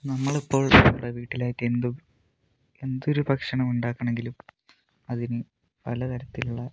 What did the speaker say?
നമ്മളിപ്പോൾ നമ്മുടെ വീട്ടിലേക്കെന്തും എന്തൊരു ഭക്ഷണം ഉണ്ടാക്കണമെങ്കിലും അതിന് പല തരത്തിലുള്ള